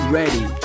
ready